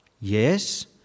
Yes